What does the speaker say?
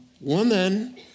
woman